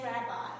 Rabbi